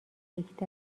یکدست